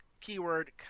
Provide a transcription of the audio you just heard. Keyword